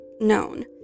known